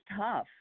tough